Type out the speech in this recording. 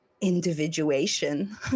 Individuation